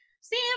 Sam